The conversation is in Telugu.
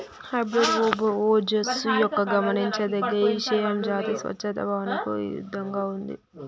హైబ్రిడ్ ఓజస్సు యొక్క గమనించదగ్గ ఇషయం జాతి స్వచ్ఛత భావనకు ఇరుద్దంగా ఉంది